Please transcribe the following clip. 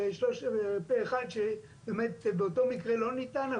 שנה כשהלכנו להשיג אפשרות להביא ילדים לעולם,